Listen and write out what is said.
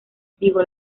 trigo